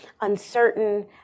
uncertain